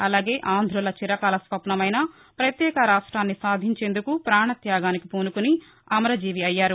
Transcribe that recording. అలాగే ఆంధుల చిరకాల స్వప్పమైన ప్రత్యేక రాష్ట్రాన్ని సాధించేందుకు పాణత్యాగానికి పూసుకుని అమరజీవి అయ్యారు